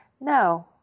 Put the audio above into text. no